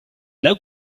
now